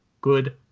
good